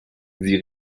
sie